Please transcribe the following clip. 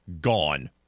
gone